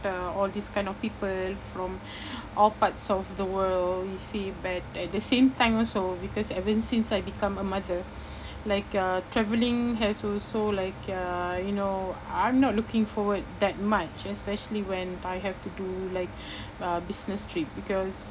uh all these kind of people from all parts of the world you see but at the same time also because ever since I become a mother like uh travelling has also like uh you know I'm not looking forward that much especially when I have to do like a business trip because